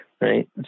Right